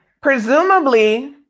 Presumably